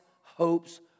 hopes